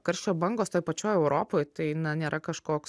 karščio bangos toj pačioj europoj tai nėra kažkoks